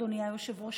אדוני היושב-ראש,